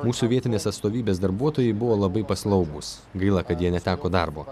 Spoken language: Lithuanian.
mūsų vietinės atstovybės darbuotojai buvo labai paslaugūs gaila kad jie neteko darbo